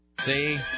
See